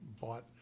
bought